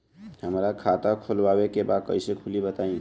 हमरा खाता खोलवावे के बा कइसे खुली बताईं?